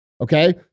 Okay